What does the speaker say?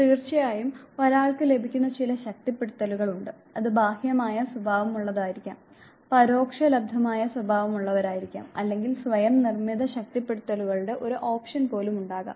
തീർച്ചയായും ഒരാൾക്ക് ലഭിക്കുന്ന ചില ശക്തിപ്പെടുത്തലുകൾ ഉണ്ട് അത് ബാഹ്യമായ സ്വഭാവമുള്ളതായിരിക്കാം പരോക്ഷ ലബ്ധമായ സ്വഭാവമുള്ളതായിരിക്കാം അല്ലെങ്കിൽ സ്വയം നിർമ്മിത ശക്തിപ്പെടുത്തലുകളുടെ ഒരു ഓപ്ഷൻ പോലും ഉണ്ടാകാം